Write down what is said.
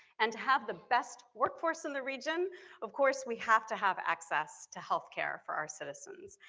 and to have the best workforce in the region of course we have to have access to healthcare for our citizens.